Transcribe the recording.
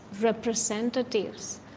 representatives